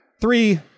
Three